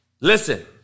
Listen